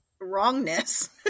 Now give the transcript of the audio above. wrongness